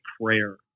prayer